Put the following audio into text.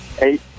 eight